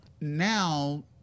Now